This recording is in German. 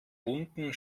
bunten